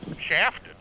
shafted